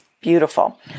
beautiful